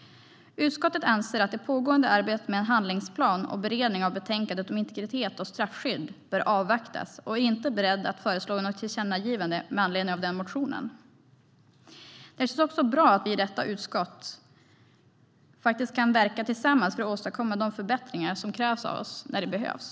Utskottet anser att det pågående arbetet med en handlingsplan och beredningen av betänkandet om integritet och straffskydd bör avvaktas och är inte berett att föreslå något tillkännagivande med anledning av motionen. Det känns bra att vi i detta utskott kan verka tillsammans för att åstadkomma de förbättringar som krävs av oss när det behövs.